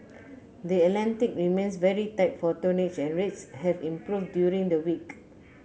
the Atlantic remains very tight for tonnage and rates have improved during the week